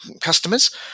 customers